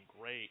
great